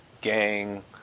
gang